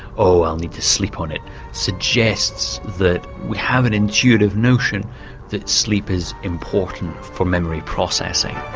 oh, i'll need to sleep on it suggests that we have an intuitive notion that sleep is important for memory processing.